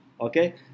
Okay